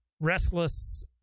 restless